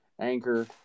Anchor